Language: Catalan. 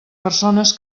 persones